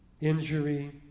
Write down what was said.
injury